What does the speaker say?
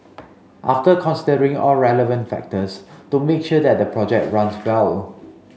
after considering all relevant factors to make sure that the project runs well